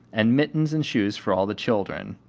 and mittens and shoes for all the children,